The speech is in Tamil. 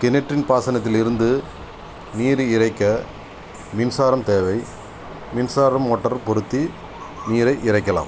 கிணற்றின் பாசனத்திலிருந்து நீர் இறைக்க மின்சாரம் தேவை மின்சார மோட்டார் பொருத்தி நீரை இறைக்கலாம்